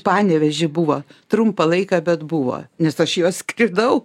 panevėžį buvo trumpą laiką bet buvo nes aš juo skridau